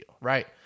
Right